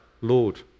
Lord